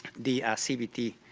the cbt.